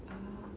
ah